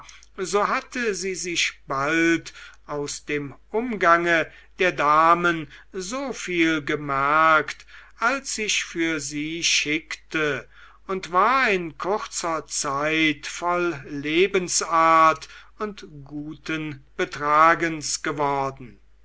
so hatte sie sich bald aus dem umgange der damen so viel gemerkt als sich für sie schickte und war in kurzer zeit voll lebensart und guten betragens geworden